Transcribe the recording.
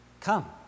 come